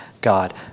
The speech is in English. God